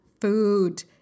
food